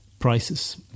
Prices